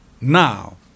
Now